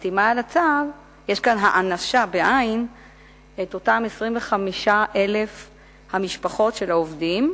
בחתימה על הצו יש כאן הענשה של אותן 25,000 המשפחות של העובדים,